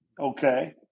okay